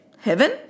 Heaven